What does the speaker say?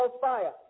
fire